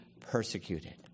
persecuted